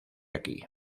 aquí